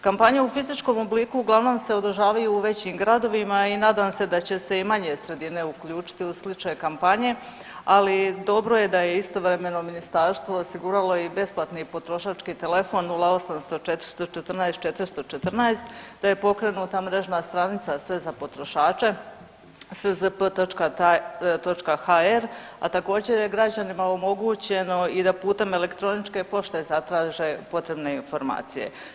Kampanje u fizičkom obliku uglavnom se održavaju u većim gradovima i nadam se da će se i manje sredine uključiti u slične kampanje, ali dobro je da je istovremeno ministarstvo osiguralo i besplatni potrošački telefon 0800 414 414, da je pokrenuta mrežna stranica sve za potrošače szp.ta.hr, a također je građanima omogućeno i da putem elektroničke pošte zatraže potrebne informacije.